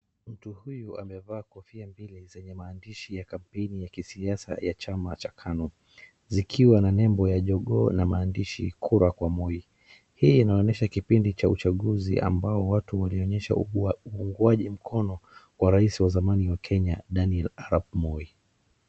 Mtu huyu amevaa kofia mbili zenye maandishi ya kampaini ya kisiasa ya chama cha KANU, Zikiwa na nembo ya jogoo na maandishi kura kwa Moi. Hii inaonyesha kipindi cha uchaguzi ambao watu walionyesha ungwaji mkono kwa rais wa zamani wa Kenya Daniel arap Moi.